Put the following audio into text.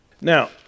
Now